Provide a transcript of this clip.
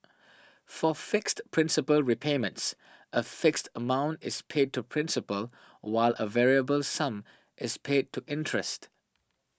for fixed principal repayments a fixed amount is paid to principal while a variable sum is paid to interest